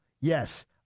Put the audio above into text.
Yes